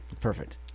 Perfect